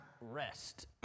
rest